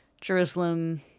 Jerusalem